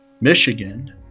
Michigan